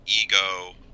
ego